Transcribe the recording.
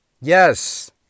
Yes